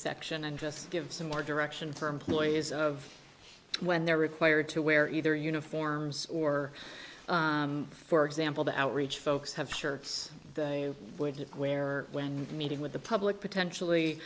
section and just give some more direction for employees of when they're required to wear either uniforms or for example the outreach folks have shirts they would you wear when meeting with the public potentially